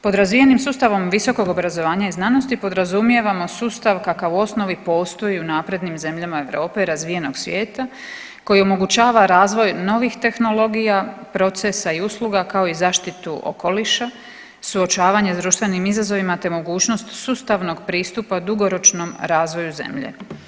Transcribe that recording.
Pod razvijenim sustavom visokog obrazovanja i znanosti podrazumijevamo sustav kakav u osnovi postoji u naprednim zemljama Europe i razvijenog svijeta koji omogućava razvoj novih tehnologija, procesa i usluga kao i zaštitu okoliša, suočavanje s društvenim izazovima te mogućnost sustavnog pristupa dugoročnom razvoju zemlje.